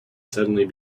suddenly